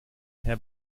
herr